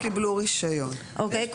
מרכזי צלילה שקיבלו רישיון וזה